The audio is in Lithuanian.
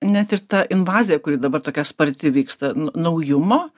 net ir ta invazija kuri dabar tokia sparti vyksta na naujumo